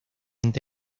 ante